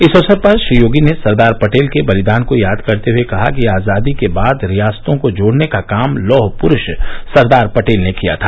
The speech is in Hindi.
इस अवसर पर श्री योगी ने सरदार पटेल के बलिदान को याद करते हुए कहा कि आजादी के बाद रियासतों को जोडने का काम लौह प्ररुष सरदार पटेल ने किया था